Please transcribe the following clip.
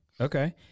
Okay